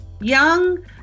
young